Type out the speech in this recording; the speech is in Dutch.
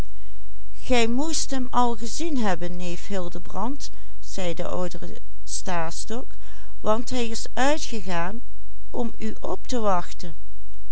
gij moest hem al gezien hebben neef hildebrand zei de oudere stastok want hij is uitgegaan om u op te wachten